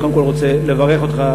אני קודם כול רוצה לברך אותך